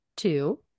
two